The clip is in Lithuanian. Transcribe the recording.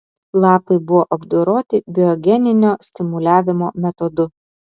lapai buvo apdoroti biogeninio stimuliavimo metodu